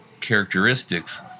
characteristics